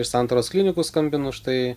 iš santaros klinikų skambinu štai